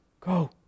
go